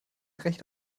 recht